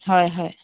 হয় হয়